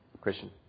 Christian